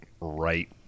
right